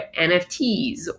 NFTs